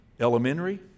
Elementary